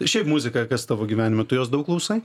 šiaip muzika kas tavo gyvenime tu jos daug klausai